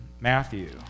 Matthew